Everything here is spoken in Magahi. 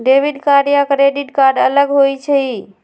डेबिट कार्ड या क्रेडिट कार्ड अलग होईछ ई?